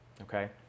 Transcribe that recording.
okay